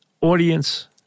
audience